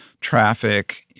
traffic